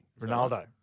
Ronaldo